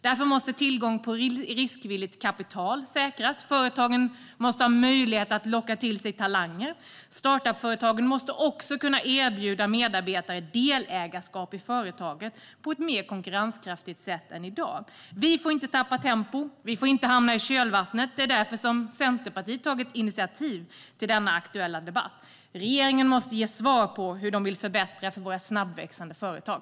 Därför måste tillgången på riskvilligt kapital säkras. Företagen måste ha möjlighet att locka till sig talanger. Startup-företagen måste också kunna erbjuda medarbetare delägarskap i företaget på ett mer konkurrenskraftigt sätt än i dag. Vi får inte tappa tempo. Vi får inte hamna i kölvattnet. Därför har Centerpartiet tagit initiativ till denna aktuella debatt. Regeringen måste ge svar på hur de vill förbättra för våra snabbväxande företag.